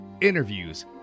interviews